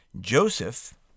Joseph